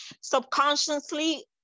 Subconsciously